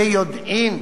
ביודעין,